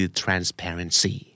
transparency